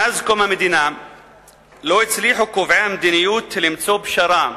מאז קום המדינה לא הצליחו קובעי המדיניות למצוא פשרה